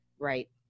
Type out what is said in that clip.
Right